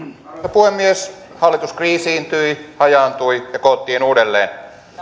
puhemies hallitus kriisiytyi hajaantui ja koottiin uudelleen